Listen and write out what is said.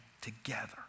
together